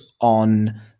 on